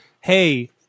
hey